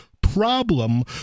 problem